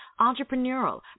entrepreneurial